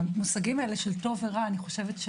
המושגים האלה של טוב ורע אני חושבת,